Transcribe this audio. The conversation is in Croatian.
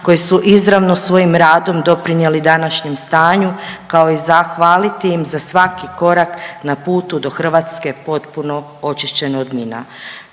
koji su izravno svojim radom doprinijeli današnjem stanju kao i zahvaliti im za svaki korak na putu do Hrvatske potpuno očišćene od mina.